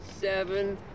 seven